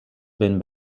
been